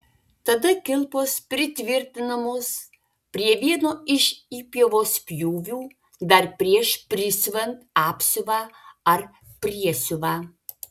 tada kilpos pritvirtinamos prie vieno iš įpjovos pjūvių dar prieš prisiuvant apsiuvą ar priesiuvą